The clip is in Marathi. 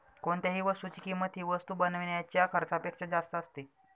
कोणत्याही वस्तूची किंमत ही वस्तू बनवण्याच्या खर्चापेक्षा जास्त असते